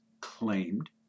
claimed